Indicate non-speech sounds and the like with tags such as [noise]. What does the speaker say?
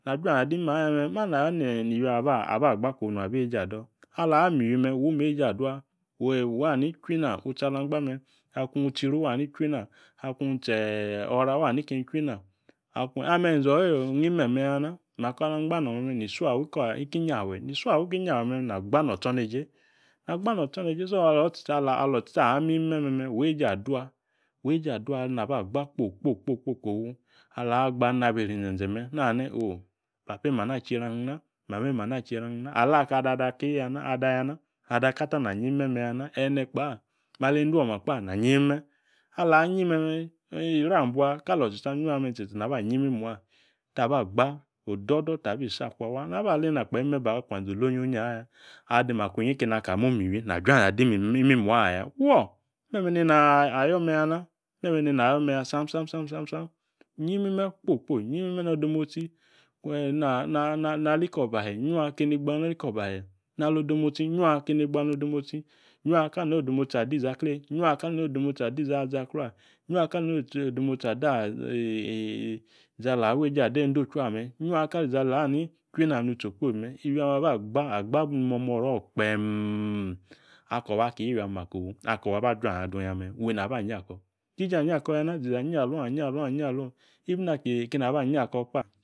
. Na juanze adi imme̱ aya me̱ mama ayo ni iywio̱ aba gba kofu nung aba eeje ado Ala na mi iywi me wo mi eeje aolua [hesitation] wani chwi na utsi ala angla me akung utsi yiri. wani chwina. Ame̱ e̱nze oyoyo inyi me̱me̱ye Akwa ala angba nong me̱ ni isia awi ki nyafeini isia awa nki inyafe me na gba no̱ o̱tso̱neje. Na aba no̱ o̱tso̱neje so alo tsitsi alo isia awo ni mime̱ me̱ weeje adua. weeje adua. weeje adua nina aba kpo kpo [unintelligible] kofu ala gba neni abi isri inze̱nze̱ me̱ Nani opapa eem ana achieri na mama eem ana achierina. Ala aka ada ada key ya na. Ada ya na. Ada kata na anyi imme meya na. ene kpa. mali e̱nde oma kpa nayi imme̱. Ala anyi me̱me̱ [unintelligible] nitabagba o̱do̱do̱ tabi isi akwa waa. Kali aleena kpe̱ mime ba akwanze̱ onyioyi aya. Adi maku inyi aki eni aka momi iywi na juanze̱ ade miywi imimuaya. Fuo [unintelligible] me̱me̱ nina ayo me̱ya na me̱me̱ nina ayo me̱ya sam sam [unintelligible] yi imime kpo kpo yi imime̱ nodemotsi [hesitation] nali ko obahe̱. Yua keni gba nikobahe na ali odemotsi, yua keni gba nodemotsi, yua kali eni odemotsi izaklee [unintelligible] yua kali eni odemotsi ade izi eeje ade e̱ncle̱ ochwiua me̱ [unintelligible] iywi ame̱ aba gba, agba nimo̱mo̱ro̱ kpeem, ako baki iywi ame̱ agu ako̱ baka juanze̱ adung ya me̱. Woyi naba yi ako ya na ziza anyi along anyi along anyi along even akini aba anyi ako kpa